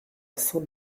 saint